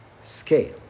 scale